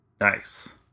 Nice